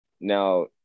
now